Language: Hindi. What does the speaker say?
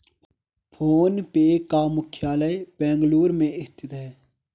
फोन पे का मुख्यालय बेंगलुरु में स्थित है